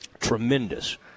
tremendous